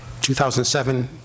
2007